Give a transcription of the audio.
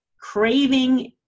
craving